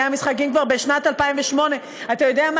המשחקים כבר בשנת 2008. אתה יודע מה?